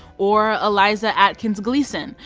or eliza atkins gleason,